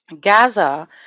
gaza